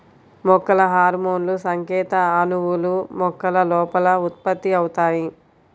మొక్కల హార్మోన్లుసంకేత అణువులు, మొక్కల లోపల ఉత్పత్తి అవుతాయి